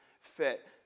fit